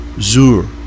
zur